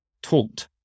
taught